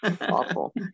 awful